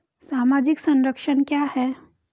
सामाजिक संरक्षण क्या है?